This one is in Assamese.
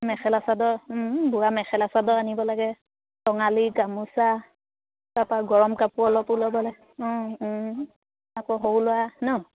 মেখেলা চাদৰ বোৱা মেখেলা চাদৰ আনিব লাগে ৰঙালী গামোচা তাৰ পৰা গৰম কাপোৰ অলপ অঁ আকৌ সৰু ল'ৰা ন